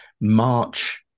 march